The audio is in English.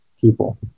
people